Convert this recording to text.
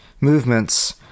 movements